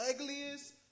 ugliest